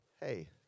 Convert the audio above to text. Hey